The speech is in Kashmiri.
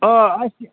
آ اَچھا